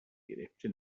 گرفته